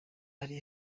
ari